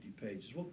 pages